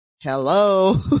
hello